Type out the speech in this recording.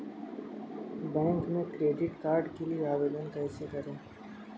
Bank में credit card के लिए आवेदन कैसे करें?